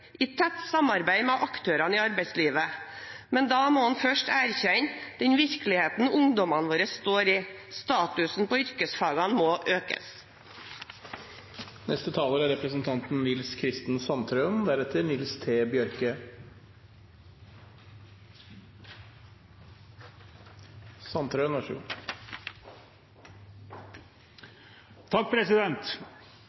i tett samarbeid med aktørene i arbeidslivet. Men da må man først erkjenne den virkeligheten ungdommene våre står i. Statusen til yrkesfagene må økes.